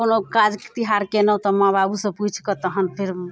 कोनो काज तिहार कयलहुँ तऽ माँ बाबूसँ पुछि कऽ तहन फेर